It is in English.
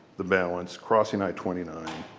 the balance, crossing i twenty nine.